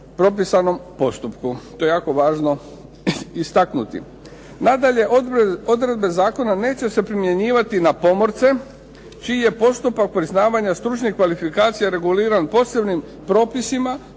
propisanom postupku. To je jako važno istaknuti. Nadalje odredbe zakona neće se primjenjivati na pomorce čiji je postupak priznavanja stručnih kvalifikacija reguliran posebnim propisima.